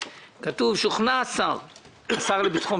קרן ברק, אני רוצה להעיר לך.